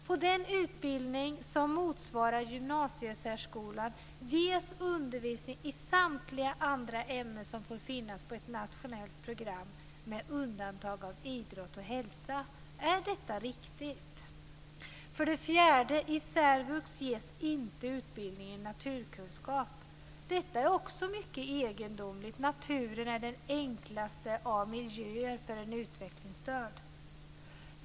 På den utbildning som motsvarar gymnasiesärskolan ges undervisning i samtliga ämnen som får finnas på ett nationellt program med undantag av idrott och hälsa. Är detta riktigt? För det fjärde ges det inte utbildning i naturkunskap i särvux. Detta är också mycket egendomligt. Naturen är den enklaste av miljöer för en utvecklingsstörd.